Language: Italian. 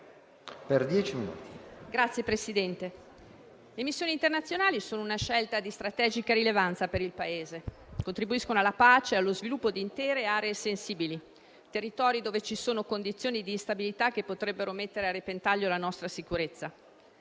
le missioni internazionali sono una scelta di strategica rilevanza per il Paese: contribuiscono alla pace e allo sviluppo di intere aree sensibili; territori dove ci sono condizioni di instabilità che potrebbero mettere a repentaglio la nostra sicurezza.